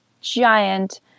giant